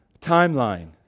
Timeline